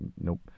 Nope